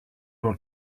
were